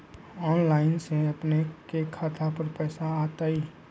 Online से अपने के खाता पर पैसा आ तई?